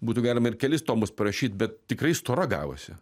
būtų galima ir kelis tomus parašyt bet tikrai stora gavosi